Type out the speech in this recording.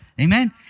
amen